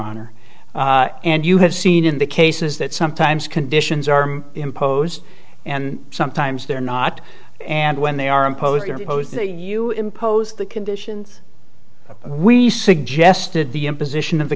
honor and you have seen in the cases that sometimes conditions are imposed and sometimes they're not and when they are imposed you impose the conditions we suggested the imposition of the